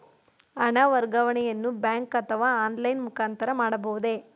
ಹಣ ವರ್ಗಾವಣೆಯನ್ನು ಬ್ಯಾಂಕ್ ಅಥವಾ ಆನ್ಲೈನ್ ಮುಖಾಂತರ ಮಾಡಬಹುದೇ?